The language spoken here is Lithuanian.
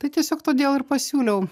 tai tiesiog todėl ir pasiūliau